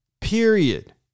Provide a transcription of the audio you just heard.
period